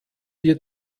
wir